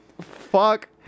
fuck